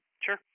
Sure